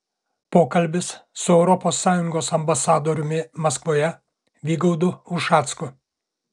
pokalbis su europos sąjungos ambasadoriumi maskvoje vygaudu ušacku